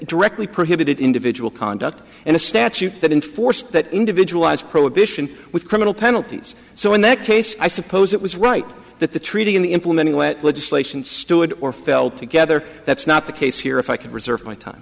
directly prohibited individual conduct and a statute that enforced that individual's prohibition with criminal penalties so in that case i suppose it was right that the treaty in the implementing what legislation stood or fell together that's not the case here if i could reserve my time